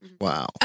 Wow